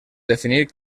definir